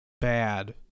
bad